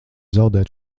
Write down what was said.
zaudēt